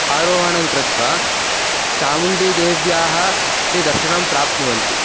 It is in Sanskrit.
आरोहणं कृत्वा चामुण्डीदेव्याः ते दर्शनं प्राप्नुवन्ति